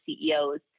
CEOs